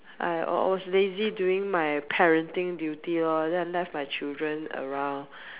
I was lazy during my parenting duty lor then left my children around